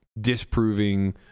disproving